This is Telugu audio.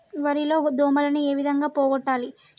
వరి లో దోమలని ఏ విధంగా పోగొట్టాలి?